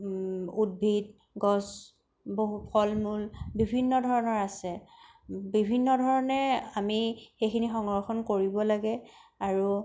উদ্ভিদ গছ বহু ফল মূল বিভিন্ন ধৰণৰ আছে বিভিন্ন ধৰণে আমি সেইখিনি সংৰক্ষণ কৰিব লাগে আৰু